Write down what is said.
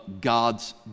God's